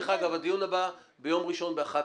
דרך אגב, הדיון הבא ביום ראשון ב-11.